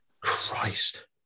Christ